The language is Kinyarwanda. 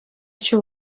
cy’u